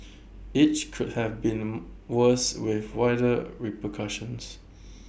each could have been worse with wider repercussions